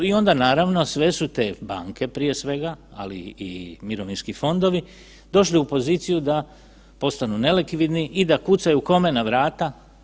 I onda, naravno, sve su te banke, prije svega, ali i mirovinski fondovi došli u poziciju da postanu nelikvidni i da kucaju, kome na vrata?